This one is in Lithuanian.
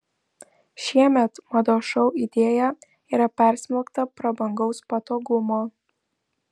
šiemet mados šou idėja yra persmelkta prabangaus patogumo